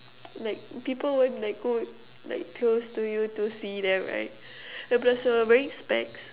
like people won't like go like close to you to see them right then plus you're wearing specs